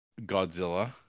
Godzilla